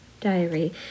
diary